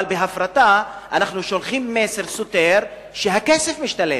אבל בהפרטה אנחנו שולחים מסר סותר שהכסף משתלם.